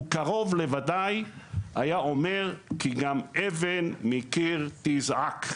הוא קרוב לוודאי היה אומר כי "גם אבן מקיר תזעק",